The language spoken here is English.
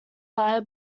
via